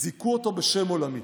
"זיכו אותו בשם עולמי.